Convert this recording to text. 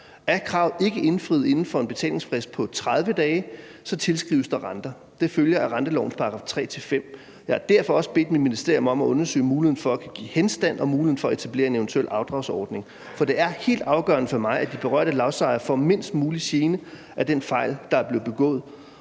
Er kravet ikke indfriet inden for en betalingsfrist på 30 dage, tilskrives der renter. Det følger af rentelovens §§ 3-5. Jeg har derfor også bedt mit ministerium om at undersøge muligheden for at kunne give henstand og muligheden for at etablere en eventuel afdragsordning. For det er helt afgørende for mig, at de berørte lodsejere får mindst mulig gene af den fejl, der er blevet begået.